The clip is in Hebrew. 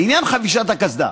לעניין חובת חבישת קסדה